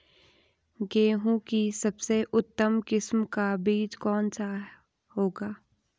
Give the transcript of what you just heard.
गेहूँ की सबसे उत्तम किस्म का बीज कौन सा होगा?